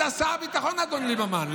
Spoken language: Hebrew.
אני אתן לערבים 54 מיליארד שקל.